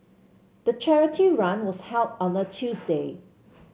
the charity run was held on a Tuesday